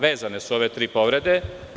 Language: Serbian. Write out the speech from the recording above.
Vezane su ove tri povrede.